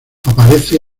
aparece